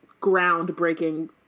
groundbreaking